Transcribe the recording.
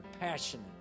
Passionate